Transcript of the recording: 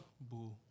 boo